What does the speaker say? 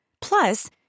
Plus